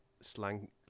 slang